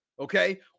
okay